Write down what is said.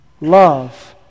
Love